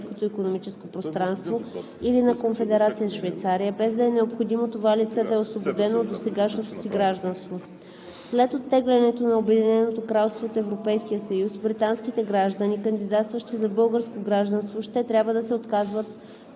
Европейското икономическо пространство, или на Конфедерация Швейцария, без да е необходимо това лице да е освободено от досегашното си гражданство. След оттеглянето на Обединеното кралство от Европейския съюз, британските граждани, кандидатстващи за българско гражданство, ще трябва да се отказват